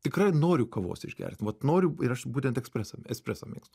tikrai noriu kavos išgert vat noriu ir aš būtent ekspresą espresą mėgstu